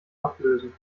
ablösen